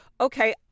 okay